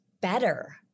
better